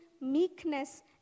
meekness